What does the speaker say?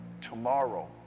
tomorrow